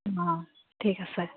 অঁ ঠিক আছে